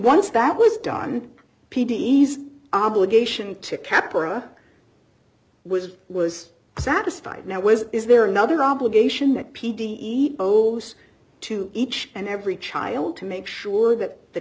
once that was done p d s obligation to capra was was satisfied now was is there another obligation that p d e olds to each and every child to make sure that the